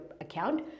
account